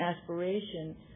aspiration